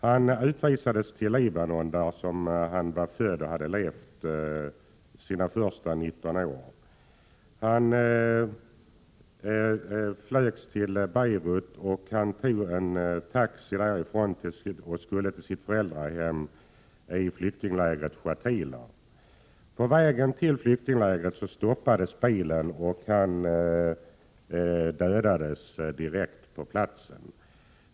Han utvisades till Libanon, där han var född och hade levat under sina första 19 år. Han flögs till Beirut och tog en taxi för att fara till sitt föräldrahem i flyktinglägret Shatila. På vägen till flyktinglägret stoppades bilen, och han dödades direkt på platsen.